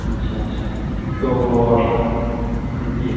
अच्छा अच्छा तो आप जी